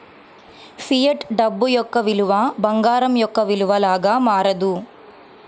fiat డబ్బు యొక్క విలువ బంగారం యొక్క విలువ లాగా మారదు